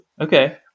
okay